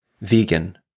Vegan